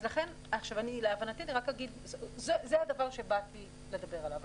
אני רק אגיד שזה הדבר שבאתי לדבר עליו.